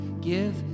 give